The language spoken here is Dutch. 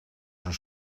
zijn